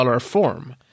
form